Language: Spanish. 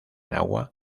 agua